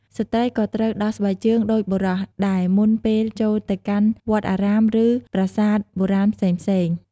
ស្ត្រីក៏ត្រូវដោះស្បែកជើងដូចបុរសដែរមុនពេលចូលទៅកាន់វត្តអារាមឬប្រសាទបុរាណផ្សេងៗ។